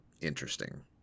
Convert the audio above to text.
interesting